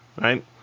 right